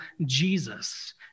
Jesus